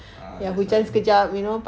ah that's why